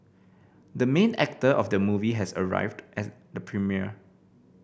the main actor of the movie has arrived as the premiere